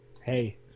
Hey